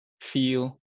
feel